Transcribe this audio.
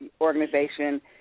organization